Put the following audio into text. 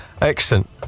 Excellent